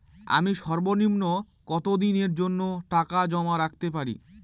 আমি সর্বনিম্ন কতদিনের জন্য টাকা জমা রাখতে পারি?